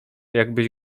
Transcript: jakbyś